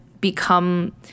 become